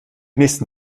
nächsten